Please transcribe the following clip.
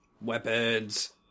Weapons